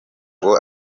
ngo